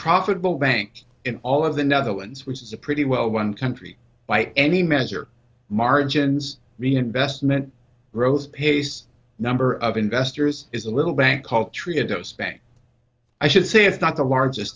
profitable bank in all of the netherlands which is a pretty well one country by any measure margins reinvestment rose pace number of investors is a little bank called tree a dose bank i should say it's not the largest